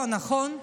לא, נכון?